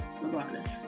regardless